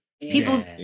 People